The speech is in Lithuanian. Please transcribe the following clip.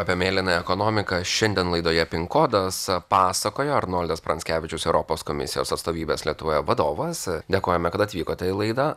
apie mėlynąją ekonomiką šiandien laidoje pin kodas pasakojo arnoldas pranckevičius europos komisijos atstovybės lietuvoje vadovas dėkojame kad atvykote į laidą